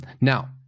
Now